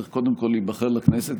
צריך קודם להיבחר לכנסת,